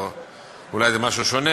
אולי זה משהו שונה.